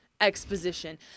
exposition